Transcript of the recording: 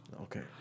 Okay